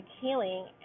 healing